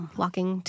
walking